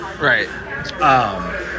Right